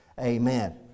Amen